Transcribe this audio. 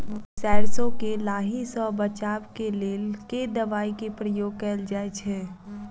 सैरसो केँ लाही सऽ बचाब केँ लेल केँ दवाई केँ प्रयोग कैल जाएँ छैय?